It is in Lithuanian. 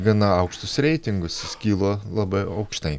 gana aukštus reitingus jis kilo labai aukštai